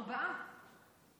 ארבעה.